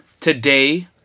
Today